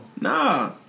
nah